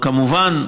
כמובן,